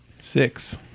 Six